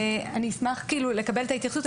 אני אשמח לקבל את ההתייחסות.